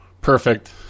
Perfect